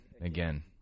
again